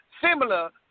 similar